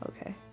okay